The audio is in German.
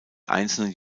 einzelne